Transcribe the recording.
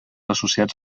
associats